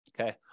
Okay